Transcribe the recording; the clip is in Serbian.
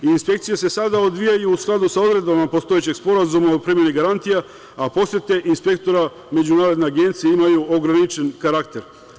Inspekcije se sada odvijaju u skladu sa odredbama postojećeg Sporazuma o primeni garantija, a posete inspektora Međunarodne agencije imaju ograničen karakter.